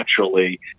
naturally